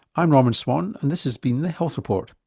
i'm norman swan and this has been the health report.